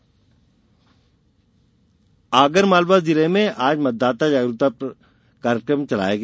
चलित झांकी आगरमालवा जिले में आज मतदाता जागरूकता कार्यक्रम चलाया गया